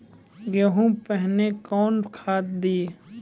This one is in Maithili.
गेहूँ पहने कौन खाद दिए?